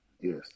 Yes